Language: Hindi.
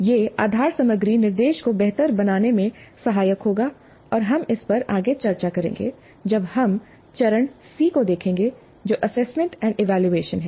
यह आधार सामग्री निर्देश को बेहतर बनाने में सहायक होगा और हम इस पर आगे चर्चा करेंगे जब हम चरण सी को देखेंगे जो असेसमेंट एंड इवेलुएशन है